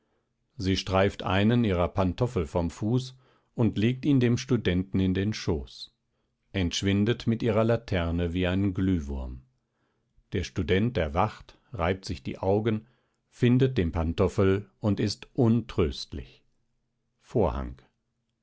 sie streift einen ihrer pantoffel vom fuß und legt ihn dem studenten in den schoß entschwindet mit ihrer laterne wie ein glühwurm der student erwacht reibt sich die augen findet den pantoffel und ist untröstlich vorhang